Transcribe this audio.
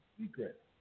secret